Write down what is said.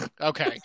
okay